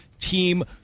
Team